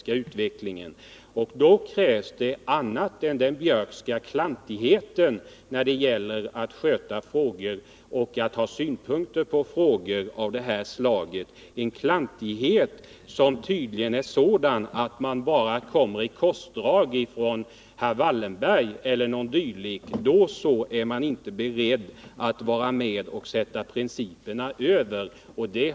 Men för att genomföra detta krävs det något annat än den Björckska klantigheten när det gäller att sköta affärer och ha synpunkter på frågor av det här slaget — en klantighet som tydligen är sådan, att om man kommer i korsdraget från exempelvis herr Wallenberg, så är man inte beredd att sätta principerna före taktiken.